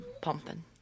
pumping